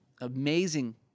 amazing